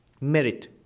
Merit